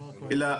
אלא,